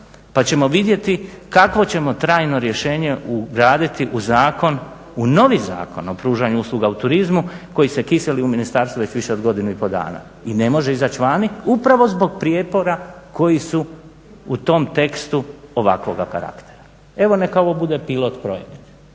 pa ćemo vidjeti kakvo ćemo trajno rješenje ugraditi u zakon u novi zakon o pružanju usluga u turizmu koji se kiseli u ministarstvo već više od godinu i pol dana i ne može izaći vani upravo zbog prijepora koji su u tom tekstu ovakvoga karaktera. Evo neka bude pilot projekt.